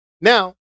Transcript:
Now